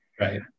Right